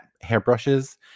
hairbrushes